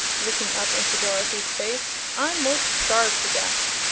looking up into dorothy's face. i'm most starved to death.